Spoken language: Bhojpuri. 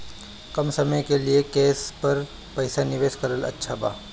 कम समय के लिए केस पर पईसा निवेश करल अच्छा बा?